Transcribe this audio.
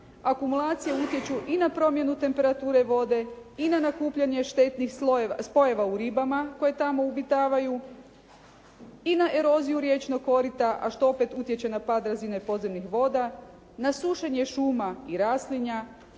akumulacija utječu i na promjenu temperature vode i na nakupljanje štetnih spojeva u ribama koje tamo obitavaju i na eroziju riječnog korita, a što opet utječe na pad razine podzemnih voda, na sušenje šuma i raslinja,